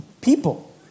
people